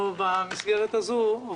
במסגרת הזאת אנחנו עובדים.